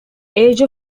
age